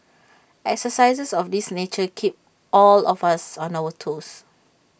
exercises of this nature keep all of us on our toes